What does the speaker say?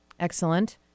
Excellent